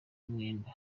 mwenda